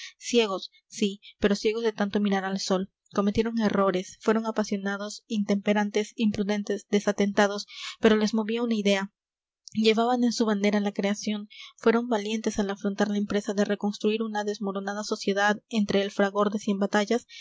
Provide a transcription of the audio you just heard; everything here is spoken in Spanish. ciegos sí pero ciegos de tanto mirar al sol cometieron errores fueron apasionados intemperantes imprudentes desatentados pero les movía una idea llevaban en su bandera la creación fueron valientes al afrontar la empresa de reconstruir una desmoronada sociedad entre el fragor de cien batallas